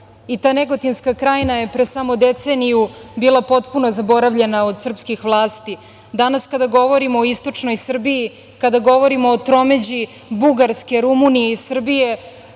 i ta Negotinska Krajina je pre samo deceniju bila potpuno zaboravljena od srpskih vlasti. Danas kada govorimo o istočnoj Srbiji, kada govorimo o tromeđi Bugarske, Rumunije i Srbije,